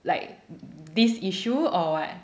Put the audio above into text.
like this issue or what